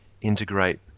integrate